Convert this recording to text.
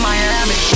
Miami